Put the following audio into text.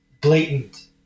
blatant